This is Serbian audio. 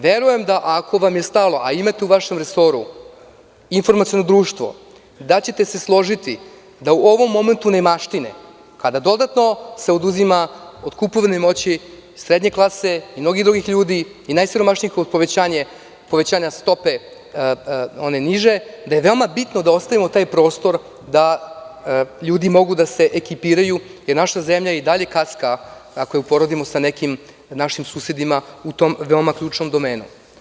Verujem da ako vam je stalo, a imate u vašem resoru informaciono društvo, da ćete se složiti da u ovom momentu nemaštine kada dodatno se oduzima od kupovne moći srednje klase i mnogih drugih ljudi, i najsiromašnijih, povećanja stope one niže da je veoma bitno da ostavimo taj prostor da ljudi mogu da se ekipiraju, jer naša zemlja i dalje kaska, ako je uporedimo sa nekim našim susedima, u tom veoma ključnom domenu.